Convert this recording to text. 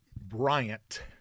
Bryant